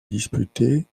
disputer